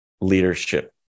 leadership